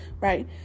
right